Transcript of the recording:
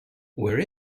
where